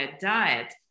diet